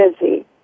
busy